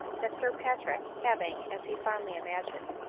that sir patrick, having, as he fondly imagined,